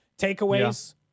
takeaways